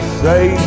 say